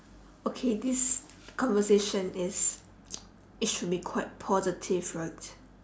okay this conversation it's it should be quite positive right